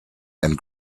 and